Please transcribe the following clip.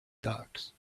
ducks